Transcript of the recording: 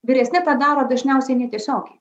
vyresni tą daro dažniausiai netiesiogiai